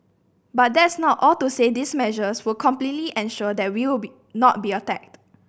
but that's not all to say these measures will completely ensure that we will be not be attacked